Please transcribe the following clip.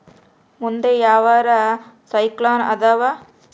ಮುಂದೆ ಯಾವರ ಸೈಕ್ಲೋನ್ ಅದಾವ?